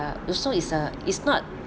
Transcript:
uh also is a is not